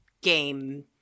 game